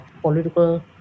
political